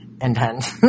intense